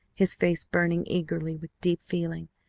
his face burning eagerly with deep feeling,